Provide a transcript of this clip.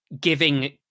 giving